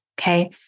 okay